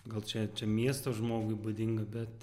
gal čia čia miesto žmogui būdinga bet